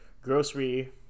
grocery